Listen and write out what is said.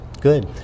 good